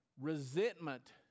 Resentment